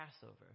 Passover